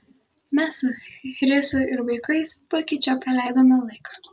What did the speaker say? mes su chrisu ir vaikais puikiai čia praleidome laiką